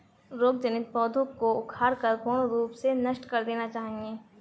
रोग जनित पौधों को उखाड़कर पूर्ण रूप से नष्ट कर देना चाहिये